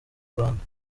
rwanda